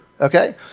Okay